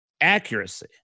accuracy